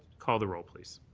call the role, please.